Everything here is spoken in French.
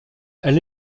elle